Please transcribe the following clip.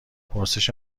پرسش